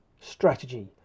strategy